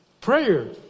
Prayer